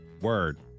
Word